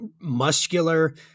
muscular